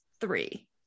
three